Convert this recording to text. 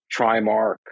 Trimark